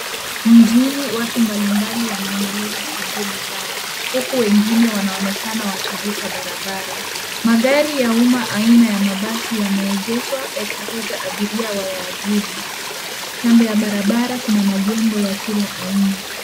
Mjini watu mbalimbali wanaendeleza shughuli zao, huku wengine wanaonekana wakivuka barabara. Magari ya umma aina ya mabasi yameegeshwa, yakingoja abiria wayaabiri. Kando ya barabara kuna majengo ya kila aina.